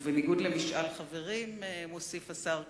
ובניגוד למשאל חברים, מוסיף השר כחלון.